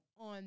on